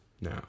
now